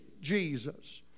Jesus